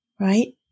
Right